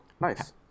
nice